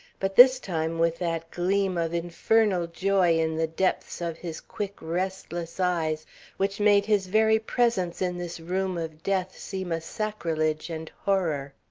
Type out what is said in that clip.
but this time with that gleam of infernal joy in the depths of his quick, restless eyes which made his very presence in this room of death seem a sacrilege and horror.